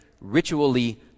ritually